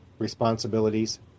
responsibilities